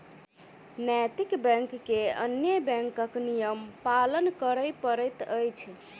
नैतिक बैंक के अन्य बैंकक नियम पालन करय पड़ैत अछि